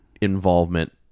involvement